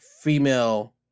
female